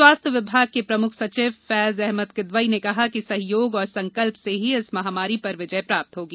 स्वास्थ विभाग के प्रमुख सचिव फैज अहमद किदवई ने कहा कि सहयोग और संकल्प से ही इस महामारी पर विजय प्राप्त होगी